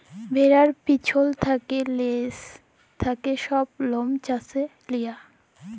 ভেড়ার পিছল থ্যাকে লেজ থ্যাকে ছব লম চাঁছে লিয়া